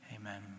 Amen